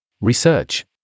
Research